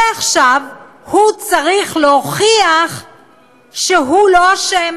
ועכשיו הוא צריך להוכיח שהוא לא אשם